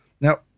Now